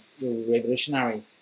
revolutionary